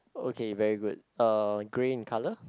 okay very good uh grey in colour